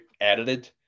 edited